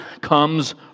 comes